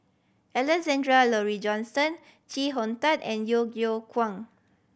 Alexander Laurie Johnston Chee Hong Tat and Yeo Yeow Kwang